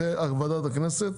אחרי ועדת הכנסת